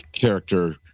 character